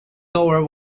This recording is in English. tower